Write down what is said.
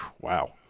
wow